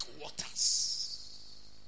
waters